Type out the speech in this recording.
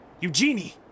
Eugenie